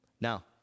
Now